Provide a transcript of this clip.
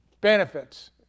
benefits